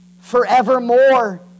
forevermore